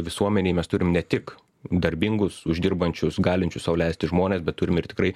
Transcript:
visuomenėj mes turim ne tik darbingus uždirbančius galinčių sau leisti žmones bet turim ir tikrai